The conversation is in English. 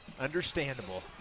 Understandable